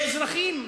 כאזרחים,